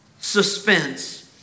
suspense